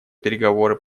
переговоры